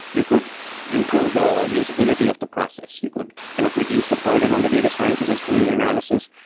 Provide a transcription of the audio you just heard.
you could improve the usability of the process. you could kind of reduce the burden on the data scientist who's doing the analysis.